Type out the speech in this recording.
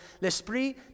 l'esprit